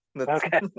Okay